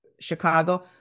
Chicago